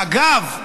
אגב,